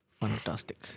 Fantastic